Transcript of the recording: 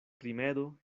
rimedo